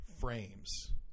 frames